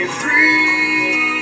free